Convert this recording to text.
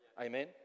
Amen